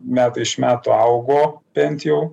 metai iš metų augo bent jau